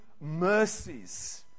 mercies